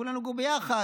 כולנו נגור ביחד.